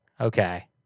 Okay